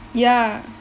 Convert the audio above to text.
ya